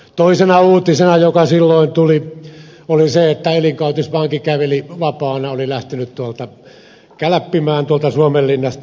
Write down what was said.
toisena uutisena joka silloin tuli oli se että elinkautisvanki käveli vapaana oli lähtenyt kälppimään tuolta suomenlinnasta